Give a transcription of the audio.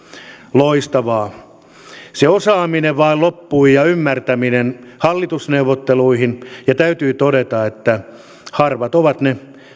loistavaa se osaaminen ja ymmärtäminen vain loppui hallitusneuvotteluihin ja täytyy todeta että harvat ovat ne